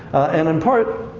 and in part,